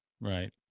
Right